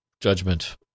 judgment